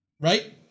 Right